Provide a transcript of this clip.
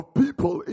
people